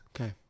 Okay